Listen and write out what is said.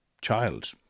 child